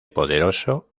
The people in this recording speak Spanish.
poderoso